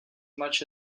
much